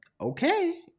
Okay